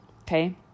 Okay